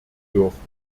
dürfen